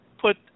put